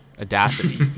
audacity